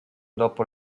dopo